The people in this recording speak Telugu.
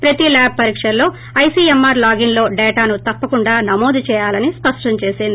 ప్రతి ల్యాట్ పరీకల్లో ఐసీఎంఆర్ లాగిన్లో డేటాను తప్పకుండా నమోదు చేయాలని స్పష్టం చేసింది